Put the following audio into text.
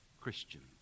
Christians